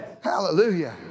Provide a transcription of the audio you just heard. Hallelujah